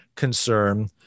Concern